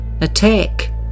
Attack